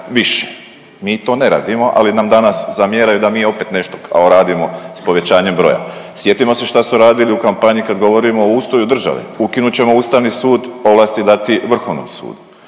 više. Mi to ne radimo, ali nam danas zamjeraju da mi opet nešto kao radimo s povećanjem broja. Sjetimo se šta su radili u kampanji kad govorimo o ustroju državu, ukinut ćemo Ustavni sud ovlasti dati Vrhovnom sudu,